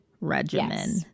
regimen